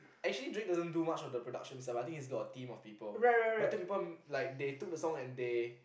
actually Drake doesn't do much of the production himself I think he's got a team of people but take people they took the song and they